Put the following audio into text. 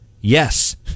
Yes